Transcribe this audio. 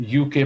UK